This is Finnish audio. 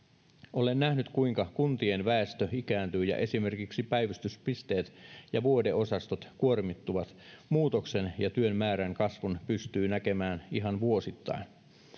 olen nähnyt kuinka kuntien väestö ikääntyy ja esimerkiksi päivystyspisteet ja vuodeosastot kuormittuvat muutoksen ja työn määrän kasvun pystyy näkemään ihan vuosittain